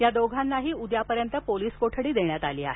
या दोघानांही उद्यापर्यंत पोलीस कोठडी देण्यात आली आहे